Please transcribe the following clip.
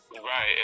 Right